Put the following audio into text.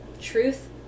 truth